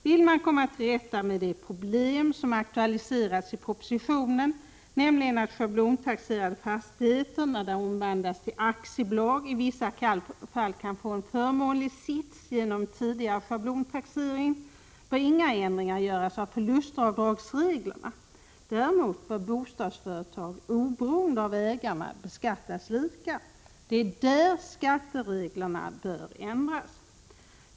Vill man komma till rätta med det problem som aktualiseras i propositionen, nämligen att schablontaxerade fastigheter när de omvandlas till aktiebolag i vissa fall kan få en förmånlig sits genom tidigare schablontaxering, bör inga ändringar göras av förlustavdragsreglerna. Däremot bör bostadsföretag oberoende av ägarna beskattas lika. Det är där skattereglerna bör ändras.